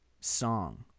Song